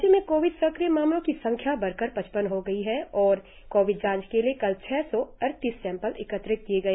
राज्य में कोविड सक्रिय मामलों की संख्या बढ़कर पच्चपन हो गई है और कोविड जांच के लिए कल छह सौ अड़तीस सैंपल एकत्र किए गए